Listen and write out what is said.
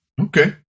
Okay